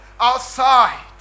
outside